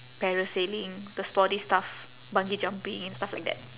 parasailing the sporty stuff bungee jumping stuff like that